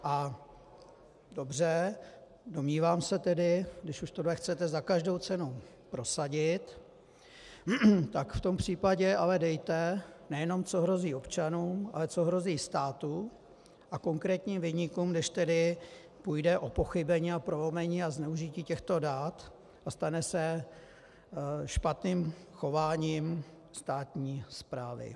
A dobře, domnívám se tedy, když už tohle chcete za každou cenu prosadit, tak v tom případě ale dejte nejenom, co hrozí občanům, ale co hrozí státu a konkrétním viníkům, když půjde o pochybení a prolomení a zneužití těchto dat a stane se špatným chováním státní správy.